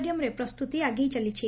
ଡିୟମରେ ପ୍ରସ୍ୁତି ଆଗେଇ ଚାଲିଛି